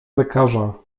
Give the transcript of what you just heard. lekarza